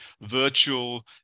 virtual